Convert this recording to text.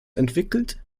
entwickelt